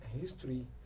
history